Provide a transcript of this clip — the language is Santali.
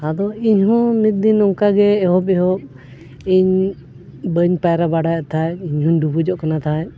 ᱟᱫᱚ ᱤᱧᱦᱚᱸ ᱢᱤᱫ ᱫᱤᱱ ᱱᱚᱝᱠᱟᱜᱮ ᱮᱦᱚᱵ ᱮᱦᱚᱵ ᱤᱧ ᱵᱟᱹᱧ ᱯᱟᱭᱨᱟ ᱵᱟᱲᱟᱭᱮᱫ ᱛᱟᱦᱮᱸᱫ ᱤᱧᱦᱚᱧ ᱰᱩᱵᱩᱡᱚᱜ ᱠᱟᱱᱟ ᱛᱟᱦᱮᱸᱜ